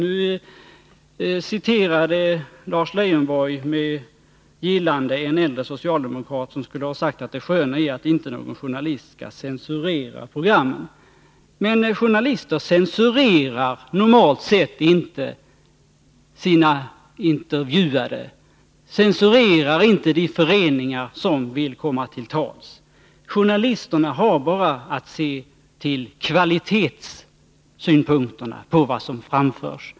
Närradioverksam Nu citerade Lars Lejonborg med gillande en enda socialdemokrat som het skulle ha sagt att det sköna är att inte någon journalist skall censurera programmen. Men journalister censurerar normalt sett inte sina intervjuade, censurerar inte de föreningar som vill komma till tals. Journalisterna har bara att se till kvalitetssynpunkterna på vad som framförs.